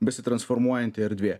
besitransformuojant erdvė